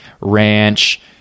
ranch